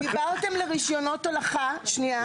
דיברתם על רישיונות הולכה, שנייה.